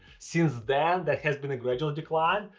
since then, there has been a gradual decline,